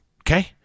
okay